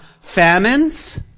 famines